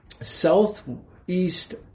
southeast